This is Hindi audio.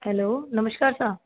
हेलो नमस्कार सा